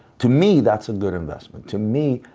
to me, that's a good investment. to me,